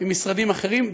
ממשרד החינוך, ממשרדים אחרים.